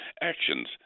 actions